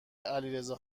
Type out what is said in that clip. علیرضا